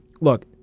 Look